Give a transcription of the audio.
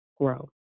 grow